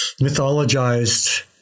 mythologized